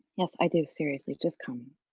yes, i do seriously, just come.